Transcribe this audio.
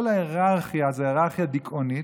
כל ההיררכיה היא היררכיה דיכאונית.